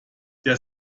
der